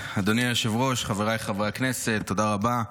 היושב-ראש, חבריי חברי הכנסת, תודה רבה.